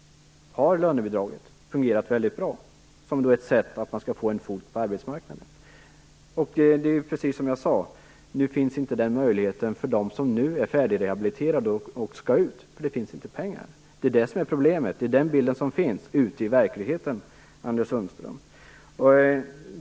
Lönebidraget har fungerat väldigt bra som ett sätt för dessa människor att få in en fot på arbetsmarknaden. Det är precis som jag sade: Nu finns inte den möjligheten för dem som är färdigrehabiliterade och skall ut därför att det inte finns pengar. Det är det som är problemet. Det är den bilden som finns ute i verkligheten, Anders Sundström.